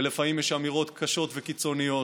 ולפעמים יש אמירות קשות וקיצוניות,